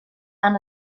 han